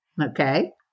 Okay